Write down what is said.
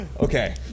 Okay